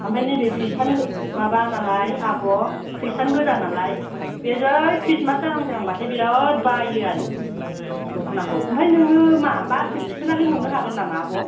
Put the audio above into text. आमफ्राय नेबे खृष्टान माबा नालाय आब' ख्रिष्टान गोजा नालाय बे जै खृष्टमास जाहां जाहांबाथाय बिराथ बायो आरो दख'नाखौ ओमफ्राय नोङो मा बासजों थिखोनानै हरनो हागोन नामा आब'